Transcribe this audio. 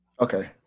Okay